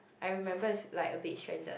I remember is like a bit stranded